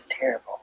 terrible